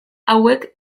hauek